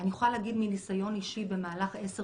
אני יכולה להגיד מניסיון אישי במהלך עשר